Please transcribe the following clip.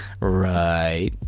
Right